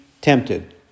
tempted